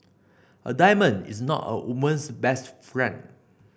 a diamond is not a woman's best friend